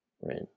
Right